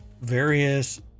various